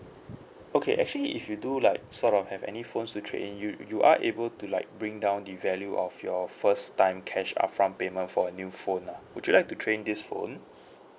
okay actually if you do like sort of have any phones to trade in you you are able to like bring down the value of your first time cash upfront payment for a new phone lah would you like to trade in this phone